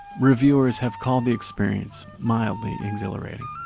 reviewers have called the experience mildly exhilarating.